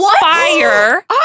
fire